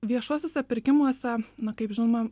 viešuosiuose pirkimuose na kaip žinoma